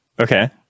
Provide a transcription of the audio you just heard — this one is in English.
Okay